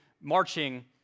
marching